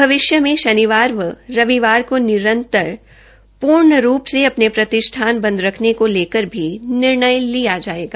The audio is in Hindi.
भविष्य में शनिवार व रविवार को निरंतर पूर्ण रूप से अपने प्रतिष्ठान बंदर रखने को लेकर भी निर्णय लिया जायेगा